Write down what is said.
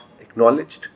acknowledged